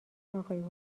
آقای